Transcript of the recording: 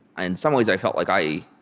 and some ways, i felt like i